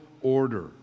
order